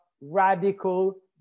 radical